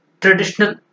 traditional